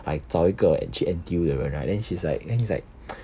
like 找一个去 N_T_U 的人 right then she's like then he's like